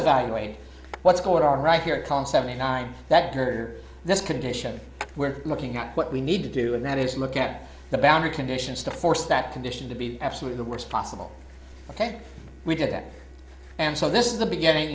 evaluate what's going on right here a concept the nine that are in this condition we're looking at what we need to do and that is look at the boundary conditions to force that condition to be absolutely the worst possible ok we do that and so this is the beginning